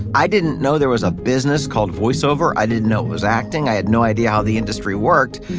i didn't know there was a business called voiceover. i didn't know it was acting. i had no idea how the industry worked.